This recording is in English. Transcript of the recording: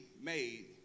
made